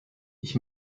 ich